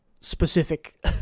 specific